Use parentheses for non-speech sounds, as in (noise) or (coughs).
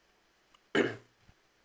(coughs)